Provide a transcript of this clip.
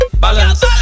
balance